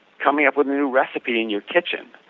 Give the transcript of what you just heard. coming up with new recipe in your kitchen.